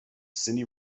cindy